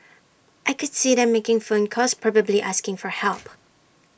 I could see them making phone calls probably asking for help